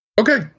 Okay